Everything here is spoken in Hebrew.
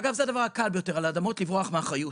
לברוח מאחריות.